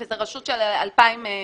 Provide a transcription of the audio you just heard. וזו רשות של אלפיים תושבים.